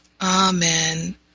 amen